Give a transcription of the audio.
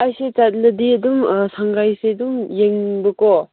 ꯑꯩꯁꯦ ꯆꯠꯂꯗꯤ ꯑꯗꯨꯝ ꯁꯉꯥꯏꯁꯦ ꯑꯗꯨꯝ ꯌꯦꯡꯅꯤꯡꯕꯀꯣ